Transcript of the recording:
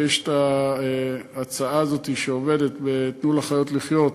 שיש ההצעה הזאת שעובדת ב"תנו לחיות לחיות",